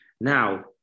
Now